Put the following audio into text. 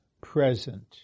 present